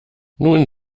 nun